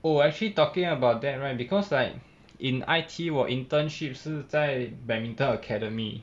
oh actually talking about that right because like in I_T_E 我 internship 是在 badminton academy